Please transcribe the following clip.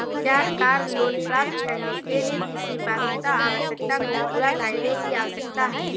क्या car loan प्राप्त करने के लिए किसी पात्रता आवश्यकता को पूरा करने की आवश्यकता है?